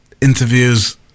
interviews